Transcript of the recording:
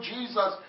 Jesus